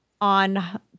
on